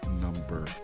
number